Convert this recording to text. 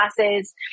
classes